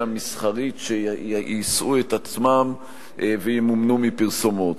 מסחרית שיישאו את עצמם וימומנו מפרסומות.